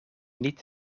niet